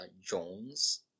Jones